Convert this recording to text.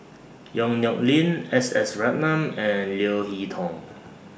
Yong Nyuk Lin S S Ratnam and Leo Hee Tong